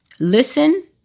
listen